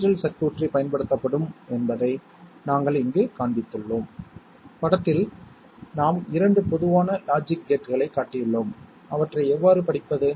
இந்த நிகழ்வுகளுக்கு நாம் மாறிகளை இணைத்துள்ளோம் அந்த யூனிட் பில்டிங் பிளாக்ஸ்கள் அவை 1 ஐ அளிக்கப் போகிறது